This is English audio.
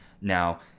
now